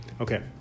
Okay